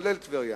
כולל טבריה.